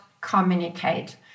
communicate